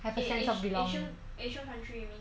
have a sense of belonging asia~ asian country you mean